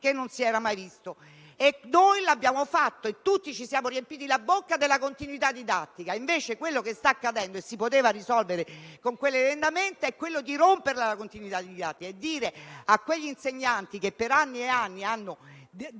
che non si era mai visto. Noi lo abbiamo fatto e tutti ci siamo riempiti la bocca della continuità didattica, invece quello che sta accadendo - e si sarebbe potuto risolvere con quell'emendamento - è proprio la rottura della continuità didattica. Si dice infatti a quegli insegnanti, che per anni e anni hanno